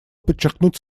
подчеркнуть